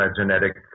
genetic